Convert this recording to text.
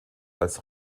als